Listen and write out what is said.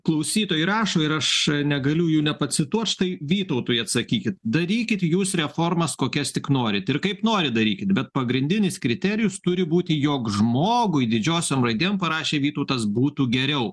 klausytojai rašo ir aš negaliu jų nepacituot štai vytautui atsakykit darykit jūs reformas kokias tik norit ir kaip norit darykit bet pagrindinis kriterijus turi būti jog žmogui didžiosiom raidėm parašė vytautas būtų geriau